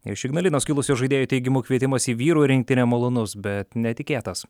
iš ignalinos kilusio žaidėjo teigimu kvietimas į vyrų rinktinę malonus bet netikėtas